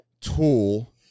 tool